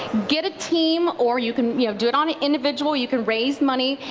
get a team or you can do it on an individual, you can raise money,